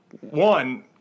one